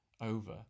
over